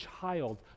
child